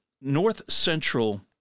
north-central